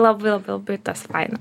labai labai labai tas faina